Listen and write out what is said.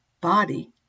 Body